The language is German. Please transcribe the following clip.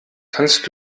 kannst